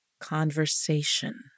Conversation